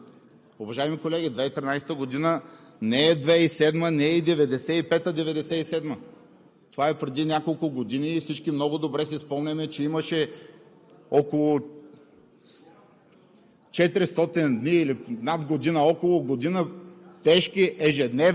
част от правителството на Пламен Орешарски през 2013 г. Уважаеми колеги, 2013 г. не е 2007 г., не е и 1995 – 1997 г., това е преди няколко години и всички много добре си спомняме, че имаше около